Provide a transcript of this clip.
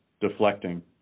deflecting